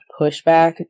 pushback